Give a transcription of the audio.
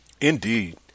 Indeed